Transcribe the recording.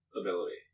ability